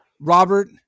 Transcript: Robert